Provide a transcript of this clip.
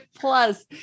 Plus